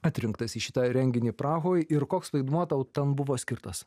atrinktas į šitą renginį prahoj ir koks vaidmuo tau ten buvo skirtas